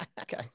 Okay